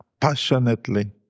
passionately